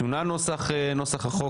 שונה נוסח החוק.